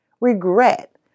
regret